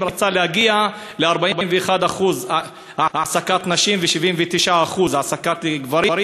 רצה להגיע ל-41% העסקת נשים ו-79% העסקת גברים,